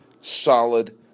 solid